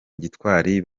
gitwari